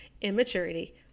immaturity